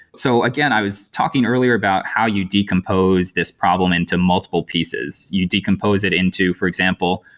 so again, i was talking earlier about how you decompose this problem into multiple pieces. you decompose it into, for example,